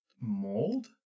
mold